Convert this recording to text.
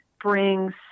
brings